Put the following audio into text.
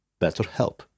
BetterHelp